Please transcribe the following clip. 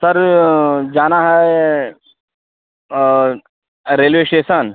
sir जाना है railway station